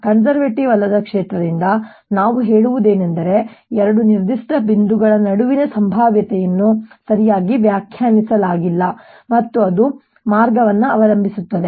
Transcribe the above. conservative ಅಲ್ಲದ ಕ್ಷೇತ್ರದಿಂದ ನಾವು ಹೇಳುವುದು ಏನೆಂದರೆ ಎರಡು ನಿರ್ದಿಷ್ಟ ಬಿಂದುಗಳ ನಡುವಿನ ಸಂಭಾವ್ಯತೆಯನ್ನು ಸರಿಯಾಗಿ ವ್ಯಾಖ್ಯಾನಿಸಲಾಗಿಲ್ಲ ಮತ್ತು ಅದು ಮಾರ್ಗವನ್ನು ಅವಲಂಬಿಸಿರುತ್ತದೆ